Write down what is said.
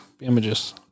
images